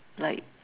like